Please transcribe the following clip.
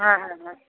হ্যাঁ হ্যাঁ হ্যাঁ